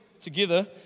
together